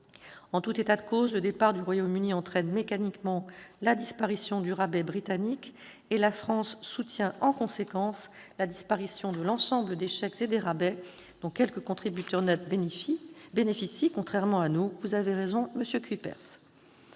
En tout état de cause, le départ du Royaume-Uni entraîne mécaniquement la disparition du rabais britannique, et la France soutient en conséquence la disparition de l'ensemble des chèques et des rabais dont quelques contributeurs bénéficient, contrairement à nous- vous avez raison, monsieur